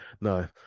no